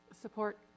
support